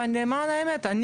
ולמען האמת,